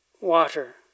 water